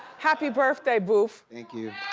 happy birthday, boof. thank you.